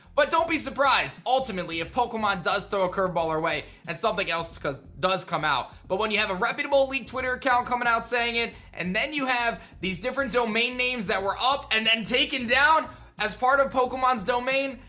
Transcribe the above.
but, don't be surprised, ultimately, if pokemon does throw a curveball our way, and something else does come out. but, when you have a reputable leak twitter account coming out saying it and then you have these different domain names that were up and taken down as part of pokemon's domain,